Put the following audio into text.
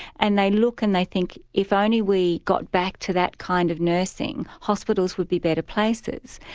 and they look and they think, if only we got back to that kind of nursing, hospitals would be better places'.